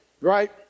right